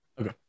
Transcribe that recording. Okay